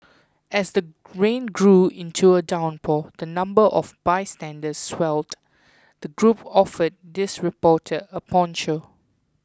as the rain grew into a downpour and the number of bystanders swelled the group offered this reporter a poncho